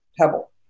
pebble